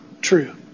true